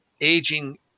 aging